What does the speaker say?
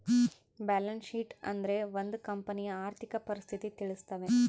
balance sheet ಅಂದ್ರೆ ಒಂದ್ ಕಂಪನಿಯ ಆರ್ಥಿಕ ಪರಿಸ್ಥಿತಿ ತಿಳಿಸ್ತವೆ